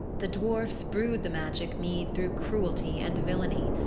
the dwarfs brewed the magic mead through cruelty and villainy.